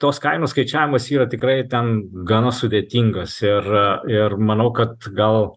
tos kainos skaičiavimas yra tikrai ten gana sudėtingas ir ir manau kad gal